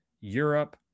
Europe